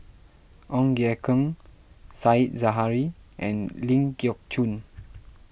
Ong Ye Kung Said Zahari and Ling Geok Choon